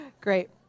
Great